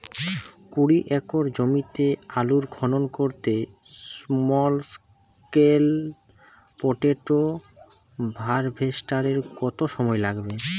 কুড়ি একর জমিতে আলুর খনন করতে স্মল স্কেল পটেটো হারভেস্টারের কত সময় লাগবে?